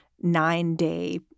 nine-day